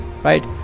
right